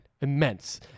immense